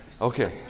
Okay